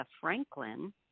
Franklin